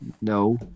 No